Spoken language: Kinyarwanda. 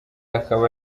akaba